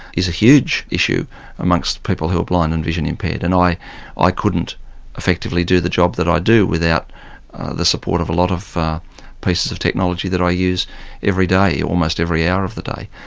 is a huge issue amongst the people who are blind and vision impaired. and i i couldn't effectively do the job that i do without the support of a lot of pieces of technology that i use every day, almost every hour of the day.